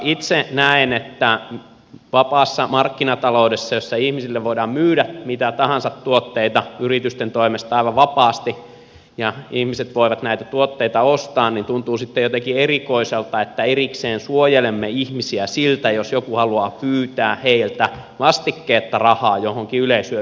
itse näen että koska vapaassa markkinataloudessa ihmisille voidaan myydä mitä tahansa tuotteita yritysten toimesta aivan vapaasti ja ihmiset voivat näitä tuotteita ostaa niin tuntuu sitten jotenkin erikoiselta että erikseen suojelemme ihmisiä siltä jos joku haluaa pyytää heiltä vastikkeetta rahaa johonkin yleishyödylliseen tarkoitukseen